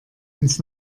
ins